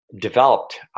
developed